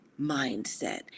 mindset